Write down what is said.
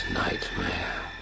nightmare